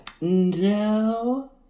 No